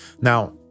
Now